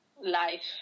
life